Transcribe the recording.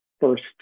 first